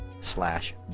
slash